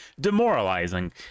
demoralizing